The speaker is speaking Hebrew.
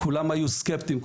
כולם היו סקפטיים,